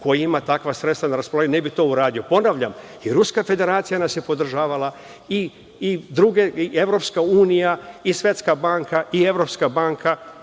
ko ima takva sredstva na raspolaganju ne bi to uradio? Ponavljam, i Ruska Federacija nas je podržavala i EU, i Svetska banka i Evropska banka. Između